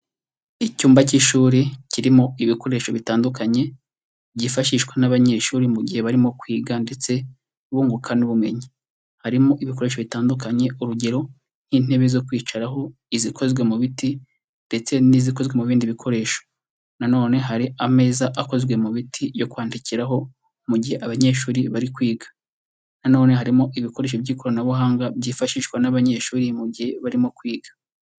Icyumba cy'ishuri kirimo ibikoresho bitandukanye, byifashishwa n'abanyeshuri mu gihe barimo kwiga ndetse bunguka n'ubumenyi. Harimo ibikoresho bitandukanye, urugero: nk'intebe zo kwicaraho, izikozwe mu biti, ndetse n'izikozwe mu bindi bikoresho. Na none hari ameza akozwe mu biti yo kwandikiraho, mu gihe abanyeshuri bari kwiga. Na none harimo ibikoresho by'ikoranabuhanga byifashishwa n'abanyeshuri mu gihe barimo kwiga.